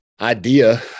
idea